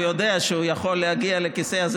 הוא יודע שהוא יכול להגיע לכיסא הזה